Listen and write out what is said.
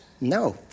No